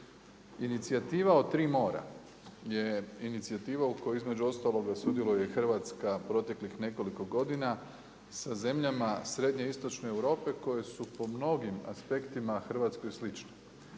Inicijativa o tri mora je inicijativa u kojoj između ostaloga sudjeluje Hrvatska proteklih nekoliko godina sa zemljama srednjoistočne Europe koje su po mnogim aspektima Hrvatskoj slične,